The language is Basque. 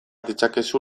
ditzakezu